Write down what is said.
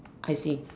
I see